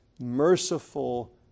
merciful